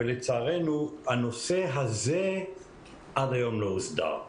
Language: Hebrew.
ולצערנו, הנושא הזה עד היום לא הוסדר.